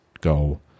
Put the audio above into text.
go